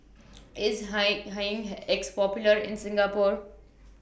IS Hi Hygin X Popular in Singapore